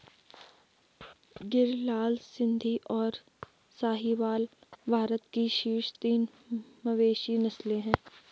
गिर, लाल सिंधी, और साहीवाल भारत की शीर्ष तीन मवेशी नस्लें हैं